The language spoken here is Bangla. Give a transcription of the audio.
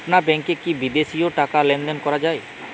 আপনার ব্যাংকে কী বিদেশিও টাকা লেনদেন করা যায়?